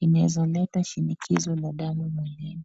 inaweza leta shinikizo la damu mwilini.